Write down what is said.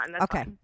Okay